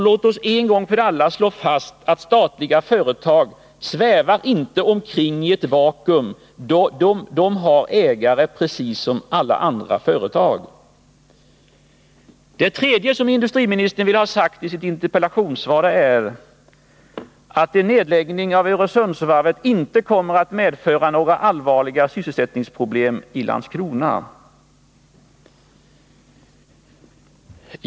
Låt oss en gång för alla slå fast: Statliga företag svävar inte omkring i ett vakuum — de har ägare, precis som alla andra företag. Det tredje som industriministern vill ha sagt i sitt interpellationssvar är att en nedläggning av Öresundsvarvet inte kommer att medföra några allvarliga sysselsättningsproblem i Landskrona.